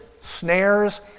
snares